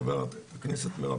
חברי